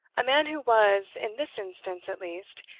a man who was, in this instance at least,